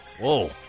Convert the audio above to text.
Whoa